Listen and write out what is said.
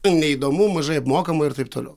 neįdomu mažai apmokama ir taip toliau